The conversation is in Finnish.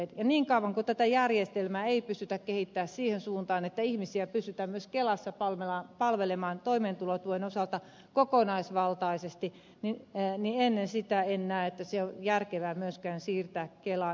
niin kauan kuin tätä järjestelmää ei pystytä kehittämään siihen suuntaan että ihmisiä pystytään myös kelassa palvelemaan toimeentulotuen osalta kokonaisvaltaisesti niin ennen sitä en näe että se on järkevää myöskään siirtää kelaan